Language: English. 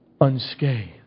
unscathed